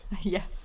Yes